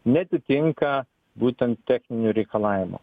neatitinka būtent techninių reikalavimų